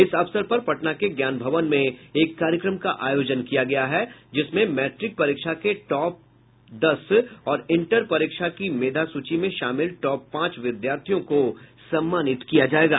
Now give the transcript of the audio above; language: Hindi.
इस अवसर पर पटना के ज्ञान भवन में एक कार्यक्रम का आयोजन किया गया है जिसमें मैट्रिक परीक्षा के टॉप दस और इंटर परीक्षा की मेधासूची में शामिल टॉप पांच विद्यार्थियों को सम्मानित किया जायेगा